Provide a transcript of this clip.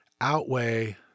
outweigh